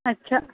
अच्छा